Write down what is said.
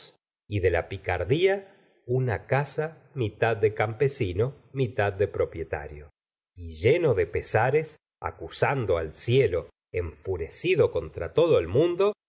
y de la picardía una casa mitad de campesino mitad de propietario y lleno de pesares acusando al cielo enfurecido contra todo el mundo